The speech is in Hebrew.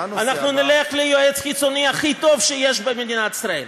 אנחנו נלך ליועץ החיצוני הכי טוב שיש במדינת ישראל,